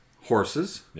horses